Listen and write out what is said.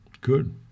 Good